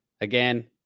again